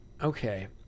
Okay